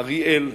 אריאל,